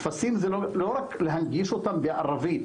טפסים זה לא רק להנגיש אותם בערבית,